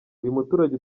umuturage